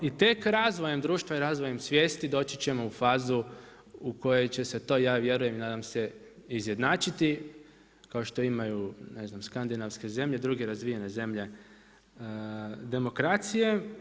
I tek razvojem društva i razvojem svijesti doći ćemo u fazu u kojoj će se to ja vjerujem i nadam se izjednačiti kao što imaju ne znam skandinavske zemlje, druge razvijene zemlje demokracije.